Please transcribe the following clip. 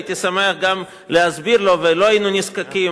הייתי שמח גם להסביר לו ולא היינו נזקקים